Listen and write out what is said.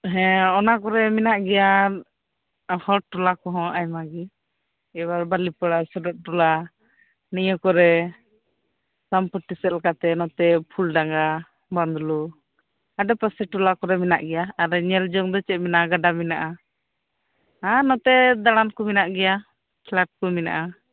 ᱦᱮᱸ ᱱᱚᱣᱟ ᱠᱚᱨᱮᱜ ᱢᱮᱱᱟᱜ ᱜᱮᱭᱟ ᱦᱚᱲ ᱴᱚᱞᱟ ᱠᱚᱸᱦᱚ ᱟᱭᱢᱟ ᱜᱮ ᱮᱵᱟᱨ ᱵᱟᱞᱤ ᱯᱟᱲᱟ ᱥᱩᱨᱳᱡ ᱴᱚᱞᱟ ᱢᱮᱱᱟᱜ ᱜᱮᱭᱟ ᱱᱚᱛᱮ ᱥᱮᱢᱵᱟᱴᱤ ᱥᱮᱜ ᱠᱟᱛᱮ ᱯᱷᱩᱞ ᱰᱟᱝᱜᱟ ᱵᱟᱫᱞᱩ ᱟᱰᱮ ᱯᱟᱥᱮ ᱴᱚᱞᱟ ᱠᱚᱫᱚ ᱦᱮᱱᱟᱜ ᱜᱮᱭᱟ ᱟᱫᱚ ᱧᱮᱞ ᱡᱚᱝ ᱫᱚ ᱜᱟᱰᱟ ᱢᱮᱱᱟᱜᱼᱟ ᱟᱨ ᱱᱚᱛᱮ ᱫᱟᱬᱟᱱ ᱠᱚ ᱢᱮᱱᱟᱜ ᱜᱮᱭᱟ ᱠᱷᱮᱛ ᱠᱚ ᱢᱮᱱᱟᱜᱼᱟ